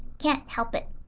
can't help it,